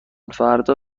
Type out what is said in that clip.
فردا